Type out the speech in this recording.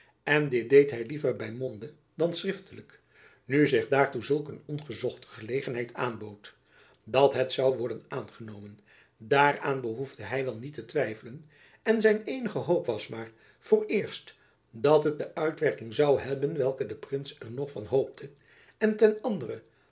en dit deed hy liever by monde dan schriftelijk nu zich daartoe zulk een ongezochte gelegenheid aanbood dat het zoû worden aangenomen daaraan behoefde hy wel niet te twijfelen en zijn eenige hoop was maar vooreerst dat het de uitwerking zoû hebben welke de prins er nog van hoopte en ten anderen